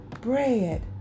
bread